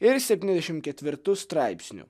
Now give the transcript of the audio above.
ir septyniasdešim ketvirtu straipsniu